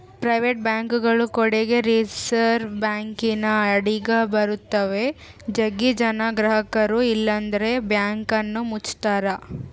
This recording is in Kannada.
ಪ್ರೈವೇಟ್ ಬ್ಯಾಂಕ್ಗಳು ಕೂಡಗೆ ರಿಸೆರ್ವೆ ಬ್ಯಾಂಕಿನ ಅಡಿಗ ಬರುತ್ತವ, ಜಗ್ಗಿ ಜನ ಗ್ರಹಕರು ಇಲ್ಲಂದ್ರ ಬ್ಯಾಂಕನ್ನ ಮುಚ್ಚುತ್ತಾರ